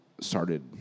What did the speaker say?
started